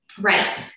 Right